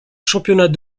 championnats